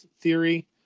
theory